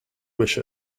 wish